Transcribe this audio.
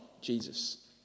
Jesus